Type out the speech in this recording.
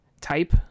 type